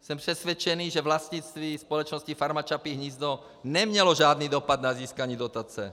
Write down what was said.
Jsem přesvědčený, že vlastnictví společnosti Farma Čapí hnízdo nemělo žádný dopad na získání dotace.